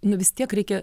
nu vis tiek reikia